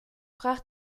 brach